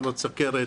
מחלות סוכרת,